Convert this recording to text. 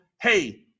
hey